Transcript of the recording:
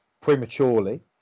prematurely